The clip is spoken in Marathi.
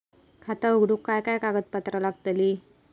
खाता उघडूक काय काय कागदपत्रा लागतली?